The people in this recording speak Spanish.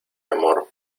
amor